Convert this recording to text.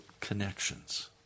connections